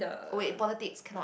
oh wait politics cannot